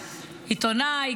עיתונאי,